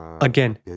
Again